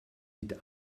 mit